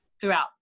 throughout